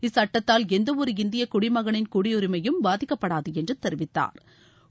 இச்சுட்டத்தால் எந்தஒரு இந்தியகுடிமகனின் குடியுரிமையும் பாதிக்கப்படாதுஎன்றதெரிவித்தாா்